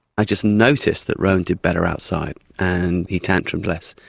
i just noticed that rowan did better outside, and he tantrumed less.